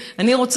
אתה מדבר איתי,